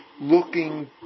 looking